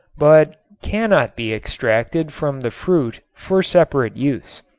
but cannot be extracted from the fruit for separate use.